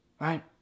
right